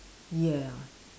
yeah